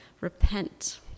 repent